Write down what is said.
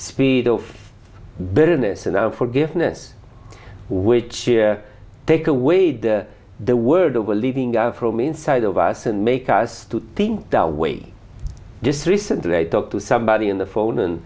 speed of bitterness and forgiveness which take away the world over leaving us from inside of us and make us to think that way just recently i talked to somebody on the phone